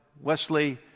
Wesley